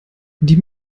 die